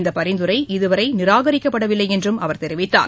இந்த பரிந்துரை இதுவரை நிராகரிக்கப்படவில்லை என்றும் அவர் தெரிவித்தார்